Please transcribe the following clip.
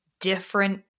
different